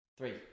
Three